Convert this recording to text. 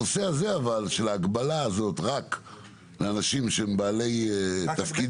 אני מתייחס לנושא הזה של ההגבלה הזאת רק לאנשים שהם בעלי תפקיד.